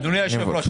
אדוני היושב ראש,